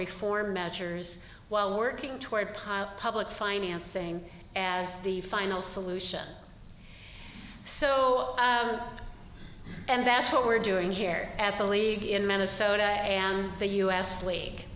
reform measures while working toward pile public financing as the final solution so and that's what we're doing here at the league in minnesota and the u